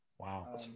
Wow